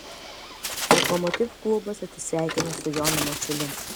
lokomotiv klubas atsisveikino su jonu mačiuliu